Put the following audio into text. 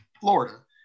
Florida